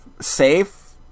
safe